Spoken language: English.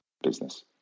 business